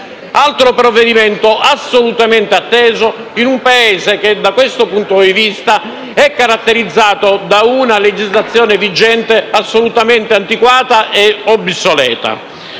è un provvedimento assolutamente atteso in un Paese che, da questo punto di vista, è caratterizzato da una legislazione vigente antiquata e obsoleta.